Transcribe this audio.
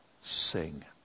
Sing